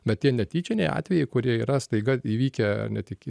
bet tie netyčiniai atvejai kurie yra staiga įvykę ar ne tik